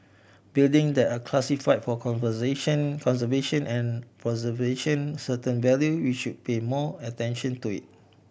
building that are classify for conversation conservation and preservation certain value we should pay more attention to it